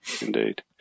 Indeed